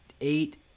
eight